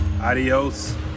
Adios